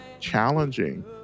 challenging